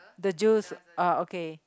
the juice oh okay